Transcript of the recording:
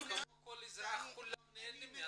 כמו כל אזרח, כולם נהנים מהתקציב.